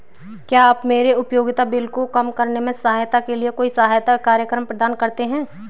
क्या आप मेरे उपयोगिता बिल को कम करने में सहायता के लिए कोई सहायता कार्यक्रम प्रदान करते हैं?